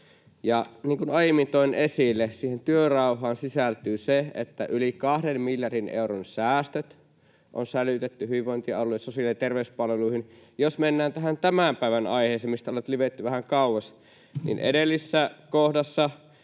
kuin aiemmin toin esille, siihen työrauhaan sisältyy se, että yli kahden miljardin euron säästöt on sälytetty hyvinvointialueille sosiaali- ja terveyspalveluihin. Jos mennään tähän tämän päivän aiheeseen, mistä on nyt livetty vähän kauas, niin edellisessä kohdassa